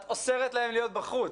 את אוסרת עליהם להיות בחוץ,